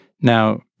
Now